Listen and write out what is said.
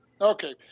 Okay